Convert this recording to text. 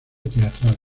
teatral